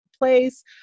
place